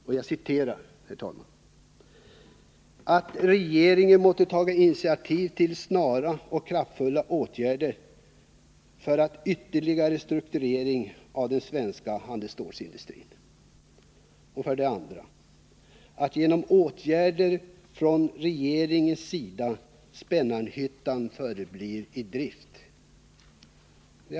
Man hemställer 1. att regeringen måtte taga initiativ till snara och kraftfulla åtgärder för ytterligare strukturering av den svenska handelsstålsindustrin, 2. att genom åtgärder från regeringens sida Spännarhyttan förblir i drift.